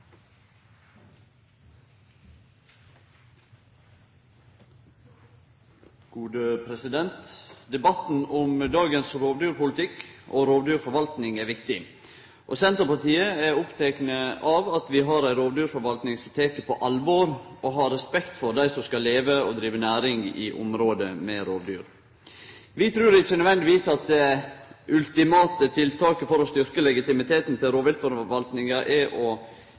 viktig. Senterpartiet er oppteke av at vi har ei rovdyrforvaltning som tek på alvor og har respekt for dei som skal leve og drive næring i område med rovdyr. Vi trur ikkje nødvendigvis at det ultimate tiltaket for å styrkje legitimiteten til rovviltforvaltninga er å